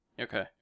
Okay